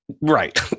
Right